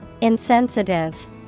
Insensitive